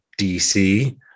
dc